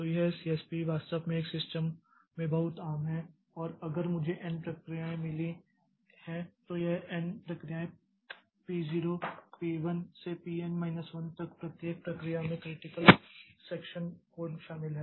तो यह सीएसपी वास्तव में एक सिस्टम में बहुत आम है और अगर मुझे एन प्रक्रियाएँ मिली हैं तो यह n प्रक्रियाएँ P 0 P 1 से P n माइनस 1 तक प्रत्येक प्रक्रिया में क्रिटिकल सेक्षन कोड शामिल है